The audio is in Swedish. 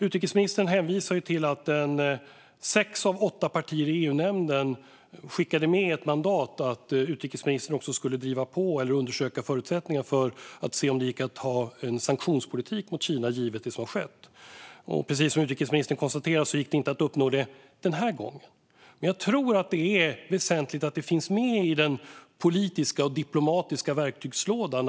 Utrikesministern hänvisar till att sex av åtta partier i EU-nämnden skickade med ett mandat att utrikesministern skulle driva på eller undersöka förutsättningar för en sanktionspolitik mot Kina givet det som har skett. Precis som utrikesministern konstaterade gick detta inte att uppnå den här gången. Men jag tror att det är väsentligt att det finns med i den politiska och diplomatiska verktygslådan.